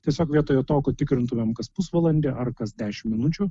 tiesiog vietoje to kad tikrintumėm kas pusvalandį ar kas dešim minučių